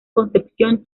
concepción